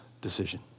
decision